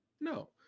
No